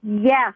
Yes